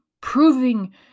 proving